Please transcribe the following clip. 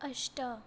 अष्ट